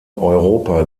europa